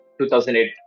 2008